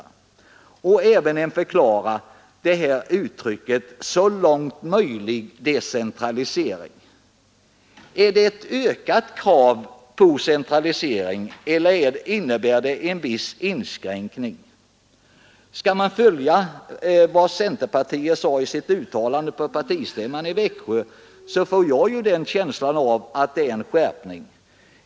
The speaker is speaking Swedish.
Jag måste även be om en förklaring av uttrycket ”så långt möjligt decentralisering”. Innebär detta ett ökat krav på centralisering eller en viss inskränkning av denna? Centerpartiets uttalande på partistämman i Växjö ger i varje fall mig känslan av att det är fråga om en skärpning.